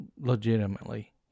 legitimately